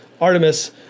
Artemis